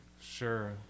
Sure